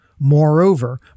Moreover